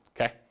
okay